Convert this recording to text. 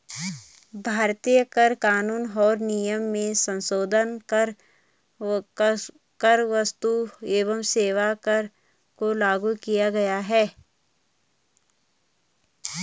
भारतीय कर कानून और नियम में संसोधन कर क्स्तु एवं सेवा कर को लागू किया गया है